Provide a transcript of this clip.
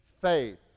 faith